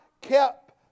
kept